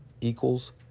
equals